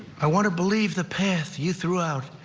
i want to believe the path you threw out